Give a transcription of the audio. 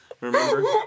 remember